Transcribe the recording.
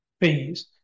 fees